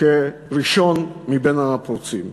כראשון מבין הפורצים.